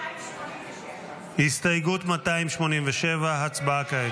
287. הסתייגות 287, ההצבעה כעת.